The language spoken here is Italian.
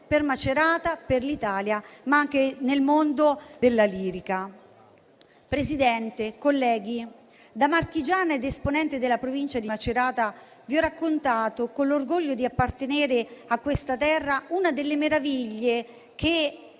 di Macerata, per l'Italia, ma anche nel mondo della lirica. Presidente, colleghi, da marchigiana ed esponente della Provincia di Macerata vi ho raccontato, con l'orgoglio di appartenere a questa terra, una delle meraviglie che